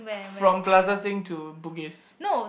from Plaza Sing to bugis